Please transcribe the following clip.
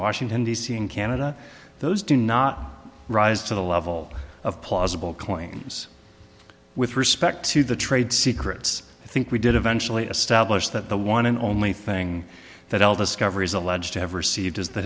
washington d c in canada those do not rise to the level of plausible coins with respect to the trade secrets i think we'd it eventually established that the one and only thing that i'll discover is alleged to have received is the